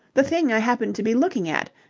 the thing i happened to be looking at.